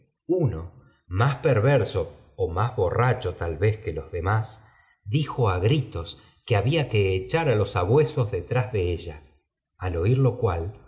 uno más r perverso ó máa borracho tal vez que los demás i jf dijo á gritos que había que echar á los sabuesos detrás de ella al oir lo cual